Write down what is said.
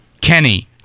Kenny